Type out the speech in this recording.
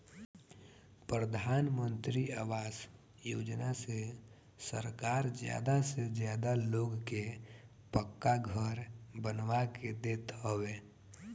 प्रधानमंत्री आवास योजना से सरकार ज्यादा से ज्यादा लोग के पक्का घर बनवा के देत हवे